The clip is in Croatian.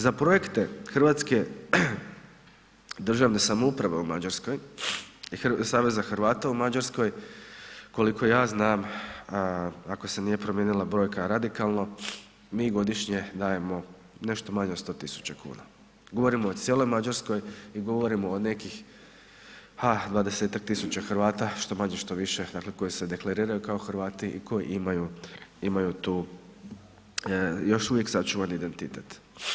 Za projekte hrvatske državne samouprave u Mađarskoj i Saveza Hrvata u Mađarskoj, koliko ja znam ako se nije promijenila brojka radikalno, mi godišnje dajemo nešto manje od 100 000 kn, govorimo o cijeloj Mađarskoj i govorimo o nekih 20-ak tisuća Hrvata što manje, što više koji su se deklarirali kao Hrvati i koji imaju tu još uvijek sačuvani identitet.